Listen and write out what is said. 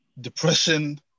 depression